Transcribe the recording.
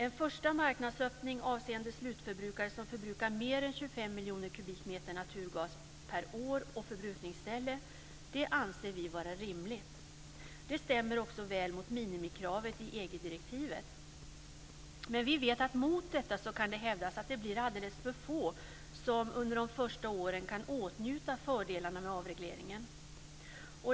En första marknadsöppning avseende slutförbrukare som förbrukar mer än 25 miljoner kubikmeter naturgas per år och förbrukningsställe anser vi vara rimligt. Det stämmer också väl överens med minimikravet i EG-direktivet. Men vi vet att mot detta kan hävdas att det blir alldeles för få som under de första åren kan åtnjuta fördelarna med avregleringen.